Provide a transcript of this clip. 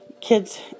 kids